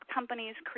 Companies